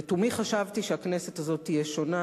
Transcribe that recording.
לתומי חשבתי שהכנסת הזאת תהיה שונה,